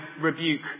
rebuke